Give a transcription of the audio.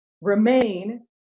remain